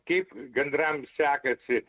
kaip gandram sekasi